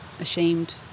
ashamed